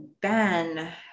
ben